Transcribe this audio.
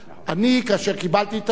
אני, כאשר קיבלתי את הערעור,